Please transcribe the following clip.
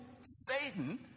Satan